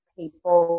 people